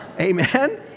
Amen